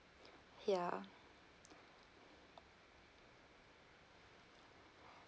ya